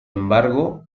embargo